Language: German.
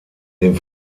den